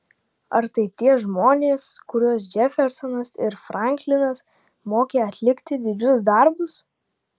ar tai tie žmonės kuriuos džefersonas ir franklinas mokė atlikti didžius darbus